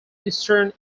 eastern